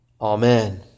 amen